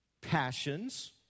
passions